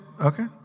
okay